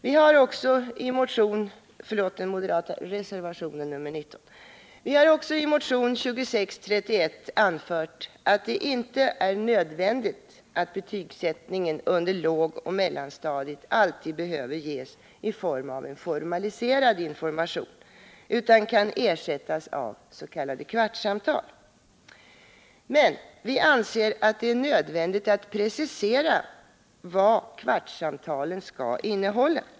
Vi har också i motionen 2631 anfört att det inte är nödvändigt att betyg under lågoch mellanstadiet alltid behöver ges i en formaliserad information utan kan ersättas av s.k. kvartsamtal. Men vi anser att det är nödvändigt att precisera vad kvartsamtalen skall innehålla.